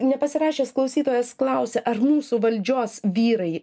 nepasirašęs klausytojas klausia ar mūsų valdžios vyrai